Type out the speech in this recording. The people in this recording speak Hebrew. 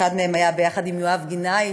אחת מהם הייתה עם יואב גינאי,